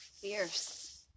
Fierce